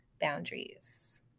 boundaries